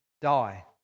die